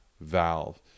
valve